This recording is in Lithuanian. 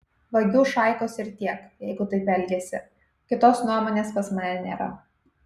vagių šaikos ir tiek jeigu taip elgiasi kitos nuomonės pas mane nėra